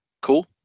Cool